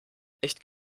nicht